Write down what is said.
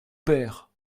père